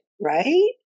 right